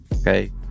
okay